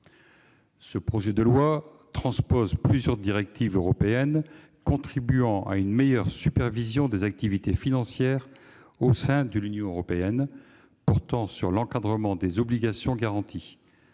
Ce projet de loi transpose plusieurs directives européennes contribuant à une meilleure supervision des activités financières au sein de l'Union européenne portant sur l'encadrement des obligations garanties,